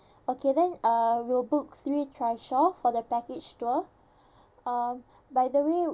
okay then uh we'll book three trishaw for the package tour uh by the way